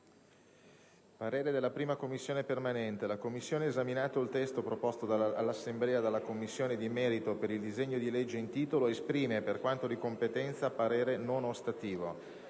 «La 1a Commissione permanente, esaminato il testo proposto all'Assemblea dalla Commissione di merito per il disegno di legge in titolo, esprime, per quanto di competenza, parere non ostativo.